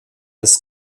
des